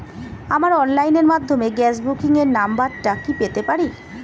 আমার অনলাইনের মাধ্যমে গ্যাস বুকিং এর নাম্বারটা কি পেতে পারি?